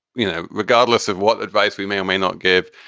you know, regardless of what advice we may or may not give,